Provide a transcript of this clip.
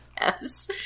Yes